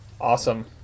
awesome